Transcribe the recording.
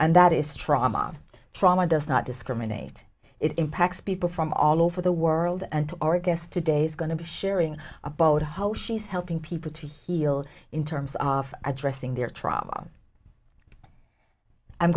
and that is trauma trauma does not discriminate it impacts people from all over the world and our guest today is going to be sharing a boat how she's helping people to heal in terms of addressing their tr